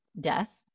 Death